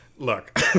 Look